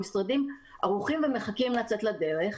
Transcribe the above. המשרדים ערוכים ומחכים לצאת לדרך.